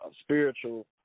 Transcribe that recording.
spiritual